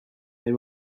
they